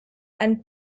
and